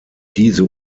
diese